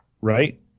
right